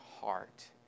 heart